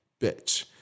bitch